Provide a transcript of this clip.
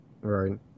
Right